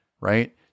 right